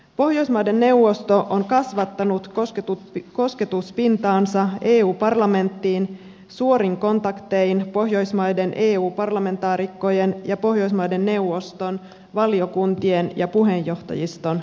pohjoismaiden neuvosto on kasvattanut kosketuspintaansa eu parlamenttiin suorin kontaktein pohjoismaiden eu parlamentaarikkojen ja pohjoismaiden neuvoston valiokuntien ja puheenjohtajiston kanssa